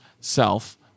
self